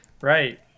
Right